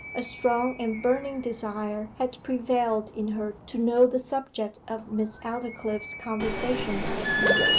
a strong and burning desire had prevailed in her to know the subject of miss aldclyffe's conversation with him.